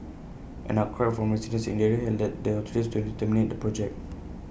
an outcry from residents in the area had led the authorities to terminate the project